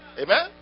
Amen